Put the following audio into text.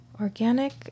organic